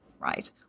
right